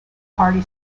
party